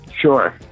Sure